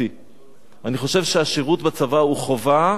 אני חושב שהשירות בצבא הוא חובה שהיא זכות.